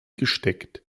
gesteckt